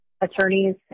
attorneys